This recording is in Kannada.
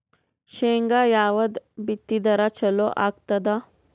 ಶೇಂಗಾ ಯಾವದ್ ಬಿತ್ತಿದರ ಚಲೋ ಆಗತದ?